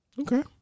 okay